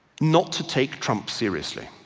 not to take trump seriously.